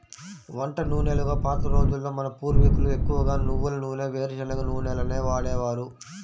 వంట నూనెలుగా పాత రోజుల్లో మన పూర్వీకులు ఎక్కువగా నువ్వుల నూనె, వేరుశనగ నూనెలనే వాడేవారు